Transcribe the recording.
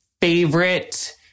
favorite